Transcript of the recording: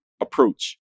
approach